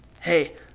Hey